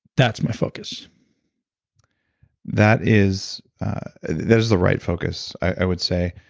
that's my focus that is that is the right focus, i would say,